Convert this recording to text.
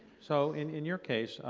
so in in your case,